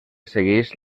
segueix